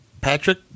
Patrick